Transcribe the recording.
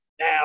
Now